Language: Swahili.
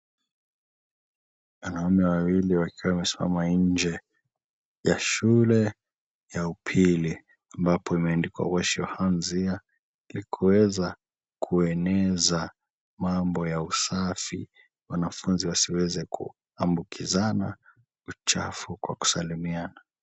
Wanaume wawili wakiwa wamesimama nje ya shule ya upili, ambapo imeandikwa wash your hands here , ili kuweza kueneza mambo ya usafi, wanafunzi wasiweze kuambukizana uchafu kwa kusalimiana.